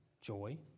joy